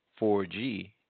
4g